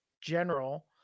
general